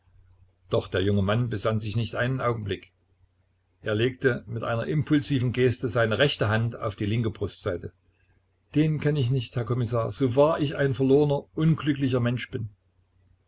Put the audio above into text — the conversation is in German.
doch der junge mann besann sich nicht einen augenblick er legte mit einer impulsiven geste seine rechte hand auf die linke brustseite den kenne ich nicht herr kommissar so wahr ich ein verlorener unglücklicher mensch bin